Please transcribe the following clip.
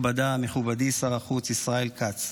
מכובדי שר החוץ ישראל כץ,